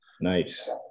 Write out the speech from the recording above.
Nice